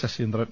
Saseendran